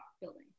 building